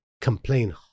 complain